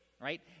Right